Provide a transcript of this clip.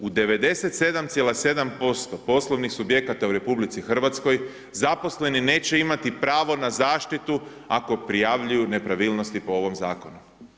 U 97,7% poslovnih subjekata u RH zaposleni neće imati pravo na zaštitu ako prijavljuju nepravilnosti po ovom Zakonu.